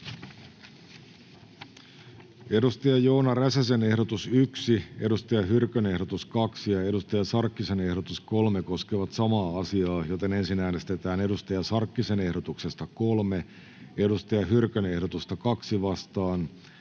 Content: Joona Räsäsen ehdotus 1, Saara Hyrkön ehdotus 2 ja Hanna Sarkkisen ehdotus 3 koskevat samaa asiaa, joten ensin äänestetään Hanna Sarkkisen ehdotuksesta 3 Saara Hyrkön ehdotusta 2 vastaan